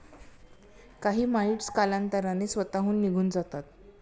काही माइटस कालांतराने स्वतःहून निघून जातात